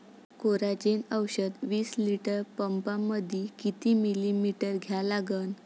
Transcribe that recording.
Coragen औषध विस litre पंपामंदी किती मिलीमिटर घ्या लागन?